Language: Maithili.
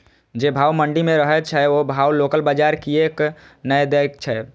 जे भाव मंडी में रहे छै ओ भाव लोकल बजार कीयेक ने दै छै?